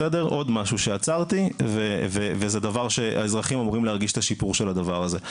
עוד משהו שעצרתי וזה דבר שהאזרחים אמורים להרגיש את השיפור של הדבר הזה.